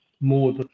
more